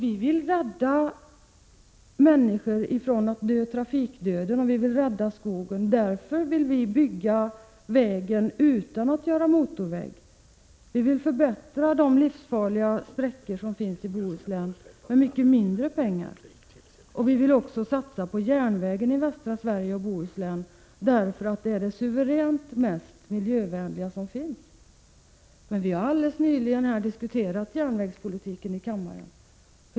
Vi vill rädda människor från att dö trafikdöden, och vi vill dessutom rädda skogen. Därför vill vi att vägen inte skall byggas som motorväg. Vi vill på ett sätt som kostar mycket mindre pengar förbättra de livsfarliga vägsträckor som finns i Bohuslän. Vi vill också satsa på järnvägen i västra Sverige och Bohuslän, eftersom denna är det suveränt mest miljövänliga transportmedel som finns. Men hur lät det när vi helt nyligen diskuterade järnvägspolitiken här i kammaren?